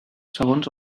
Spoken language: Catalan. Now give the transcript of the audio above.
segons